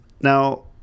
Now